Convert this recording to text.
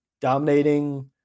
dominating